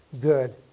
good